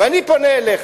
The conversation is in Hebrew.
אני פונה אליך.